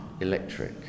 electric